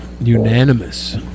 Unanimous